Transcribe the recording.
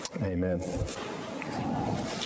Amen